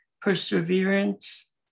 perseverance